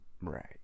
Right